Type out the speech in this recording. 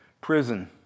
prison